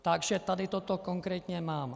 Takže tady toto konkrétně mám.